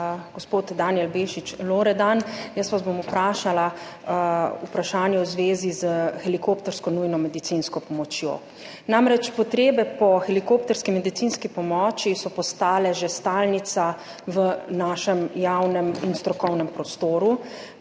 gospod Danijel Bešič Loredan, jaz vas bom vprašala v zvezi s helikoptersko nujno medicinsko pomočjo, namreč potrebe po helikopterski medicinski pomoči so postale že stalnica v našem javnem in strokovnem prostoru.